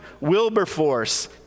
Wilberforce